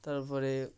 তার পরে